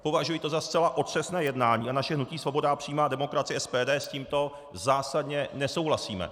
Považuji to za zcela otřesné jednání a naše hnutí Svoboda a přímá demokracie, SPD, s tímto zásadně nesouhlasí.